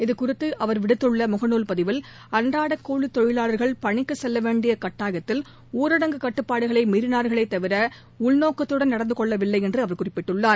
இதுகுறித்து அவர் விடுத்துள்ள முகநால் பதிவில் அன்றாட கூலித் தொழிலாளரகள் பணிக்கு செல்ல வேண்டிய கடடாயத்தில் ஊரடங்கு கட்டுப்பாடுகளை மீறினார்களே தவிர உள்நோக்கத்துடன் நடந்து கொள்ளவில்லை என்று தெரிவித்துள்ளார்